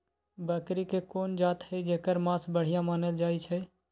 बकरी के कोन जात हई जेकर मास बढ़िया मानल जाई छई?